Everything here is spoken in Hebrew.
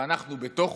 ואנחנו בתוכן,